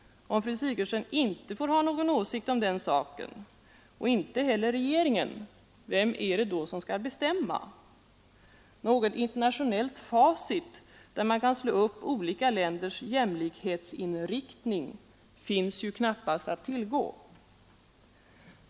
Om fru Sigurdsen inte får ha någon åsikt om den saken, och inte heller regeringen, vem är det då som skall bestämma? Något internationellt facit, där man kan slå upp olika länders jämlikhetsinriktning, finns ju knappast att tillgå.